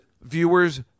viewers